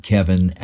Kevin